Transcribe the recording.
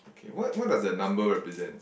okay what what does that number represent